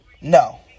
No